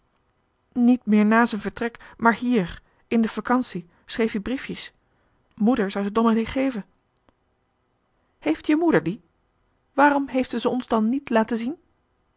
niet meer na z'en vertrek maar hier in de fekansie schreef ie briefjes moeder zou ze domenee geve heeft je moeder die waarom heeft ze ze ons dan niet laten zien